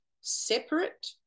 separate